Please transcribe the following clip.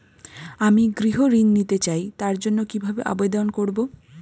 আমি গৃহ ঋণ নিতে চাই তার জন্য কিভাবে আবেদন করব?